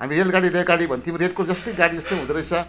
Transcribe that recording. हामी रेलगाडी रेलगाडी भन्थ्यौँ रेलको जस्तै गाडी जस्तै हुँदोरहेछ